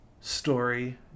story